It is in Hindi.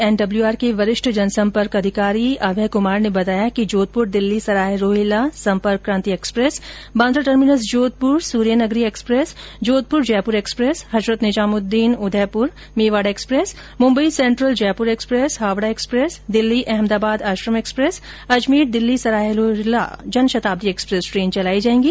एनडब्ल्यूआर के वरिष्ठ जनसंपर्क अधिकारी अभय कुमार ने बताया कि Jodhpur Delhi Sarai Rohilla Sampark Kranti express Bandra terminus Jodhpur Surya Nagari express Jodhpur Jaipur express Hazrat Nizamuddin Udaipur Mewar express Mumbai central Jaipur express Howrah express Delhi Ahmedabad Ashram express Ajmer Delhi Sarai Rohilla Jan Shatabdi express train चलायी जाएगी